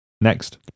Next